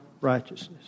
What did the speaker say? righteousness